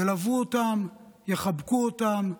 ילוו אותם, יחבקו אותם.